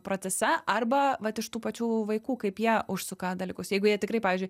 procese arba vat iš tų pačių vaikų kaip jie užsuka dalykus jeigu jie tikrai pavyzdžiui